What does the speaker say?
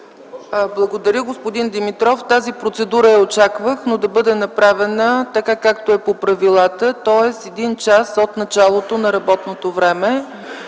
Благодаря, господин Димитров. Тази процедура я очаквах, но да бъде направена така както е по правилата, тоест един час от началото на работното време.